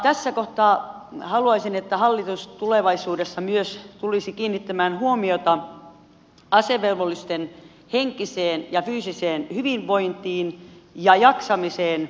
tässä kohtaa haluaisin että hallitus tulevaisuudessa myös tulisi kiinnittämään huomiota asevelvollisten henkiseen ja fyysiseen hyvinvointiin ja jaksamiseen